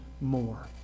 more